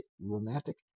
romantic